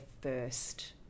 first